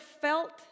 felt